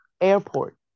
airport